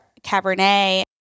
Cabernet